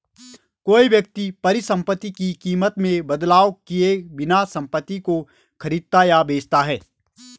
कोई व्यक्ति परिसंपत्ति की कीमत में बदलाव किए बिना संपत्ति को खरीदता या बेचता है